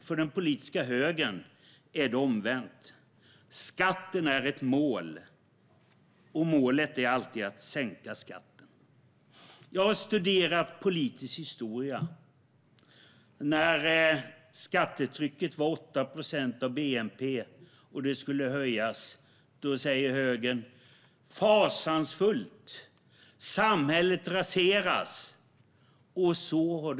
För den politiska högern är det omvänt. Skatten är ett mål, och målet är alltid att sänka skatten. Jag har studerat politisk historia. När skattetrycket var 8 procent av bnp och skulle höjas sa högern: Fasansfullt! Samhället raseras! Så har det låtit.